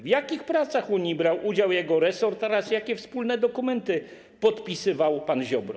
W jakich pracach Unii brał udział jego resort oraz jakie wspólne dokumenty podpisywał pan Ziobro?